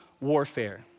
warfare